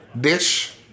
dish